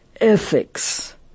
ethics